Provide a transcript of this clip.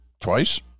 Twice